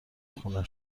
خونه